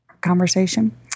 conversation